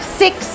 six